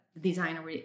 designer